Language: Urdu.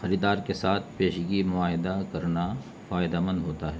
خریدار کے ساتھ پیشگی معاہدہ کرنا فائدہ مند ہوتا ہے